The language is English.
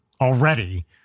already